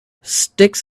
sticks